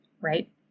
right